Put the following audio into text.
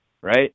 right